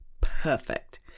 perfect